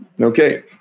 Okay